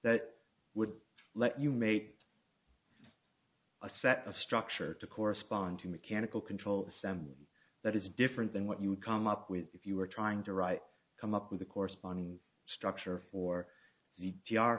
that would let you mate a set of structure to correspond to mechanical control that is different than what you would come up with if you were trying to write come up with a corresponding structure for